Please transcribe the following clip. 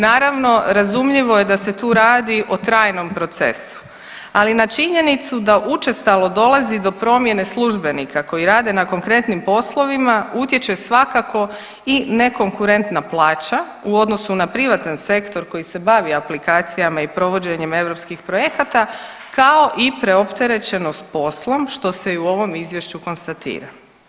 Naravno, razumljivo je da su tu radi o trajnom procesu, ali na činjenicu da učestalo dolazi do promjene službenika koji rade na konkretnim poslovima utječe svakako i nekonkurentna plaća u odnosu na privatan sektor koji se bavi aplikacijama i provođenjima europskih projekata kao i preopterećenost s poslom što se i u ovom izvješću konstatira.